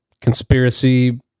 Conspiracy